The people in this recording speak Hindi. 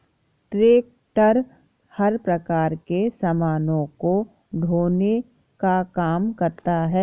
ट्रेक्टर हर प्रकार के सामानों को ढोने का काम करता है